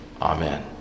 Amen